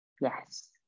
Yes